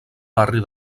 barri